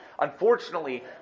Unfortunately